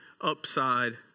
upside